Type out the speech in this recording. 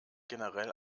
generell